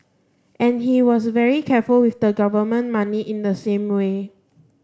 and he was very careful with the government money in the same way